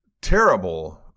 terrible